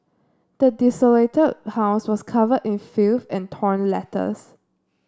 the desolated house was covered in filth and torn letters